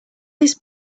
this